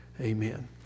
Amen